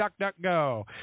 DuckDuckGo